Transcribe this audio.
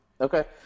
Okay